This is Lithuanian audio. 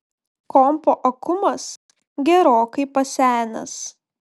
kompo akumas gerokai pasenęs